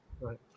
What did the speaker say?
right